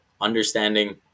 understanding